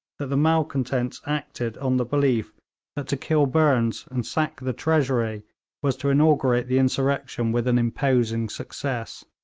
that the malcontents acted on the belief that to kill burnes and sack the treasury was to inaugurate the insurrection with an imposing success.